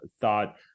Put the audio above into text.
thought